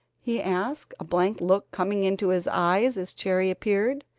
he asked, a blank look coming into his eyes as cherry appeared.